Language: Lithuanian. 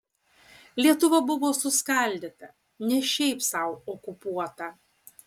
lietuva buvo suskaldyta ne šiaip sau okupuota